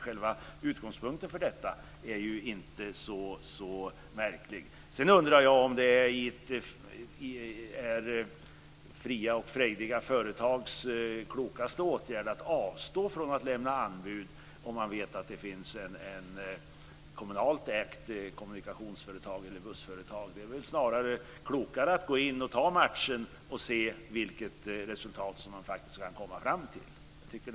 Själva utgångspunkten för detta är inte så märklig. Jag undrar om det är fria och frejdiga företags klokaste åtgärd att avstå från att lämna anbud om de vet att det finns ett kommunalt ägt bussföretag. Det är väl snarare klokare att gå in och ta matchen och se vilket resultat det blir.